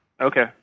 Okay